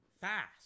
fast